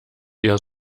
eher